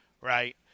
right